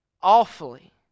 awfully